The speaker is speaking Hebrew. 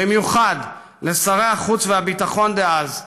ובמיוחד לשרי החוץ והביטחון דאז,